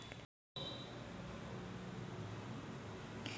विहीर खोदाले बँक कास्तकाराइले कर्ज देऊ शकते का?